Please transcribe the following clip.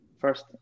first